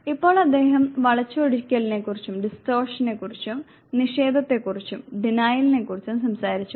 ഇപ്പോൾ അദ്ദേഹം വളച്ചൊടിക്കലിനെക്കുറിച്ചും നിഷേധത്തെക്കുറിച്ചും സംസാരിച്ചു